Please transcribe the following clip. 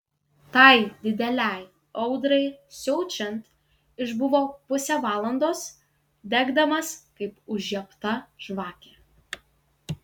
tai didelei audrai siaučiant išbuvo pusę valandos degdamas kaip užžiebta žvakė